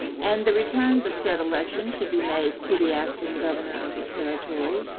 and the returns of said election should be made to the acting governor of the territory,